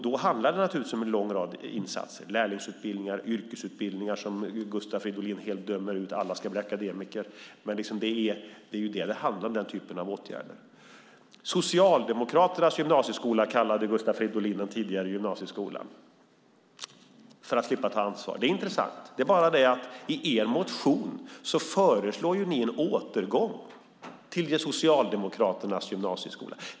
Då handlar det naturligtvis om en lång rad insatser som lärlingsutbildningar och yrkesutbildningar. Detta är något som Gustav Fridolin helt dömer ut - alla ska bli akademiker - men det är den typen av åtgärder det handlar om. Socialdemokraternas gymnasieskola, kallade Gustav Fridolin den tidigare gymnasieskolan för att slippa ta ansvar. Det är intressant. Det är bara det att i er motion föreslår ni en återgång till Socialdemokraternas gymnasieskola.